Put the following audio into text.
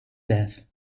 death